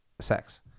sex